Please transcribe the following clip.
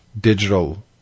digital –